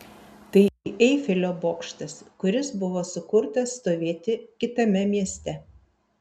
tai eifelio bokštas kuris buvo sukurtas stovėti kitame mieste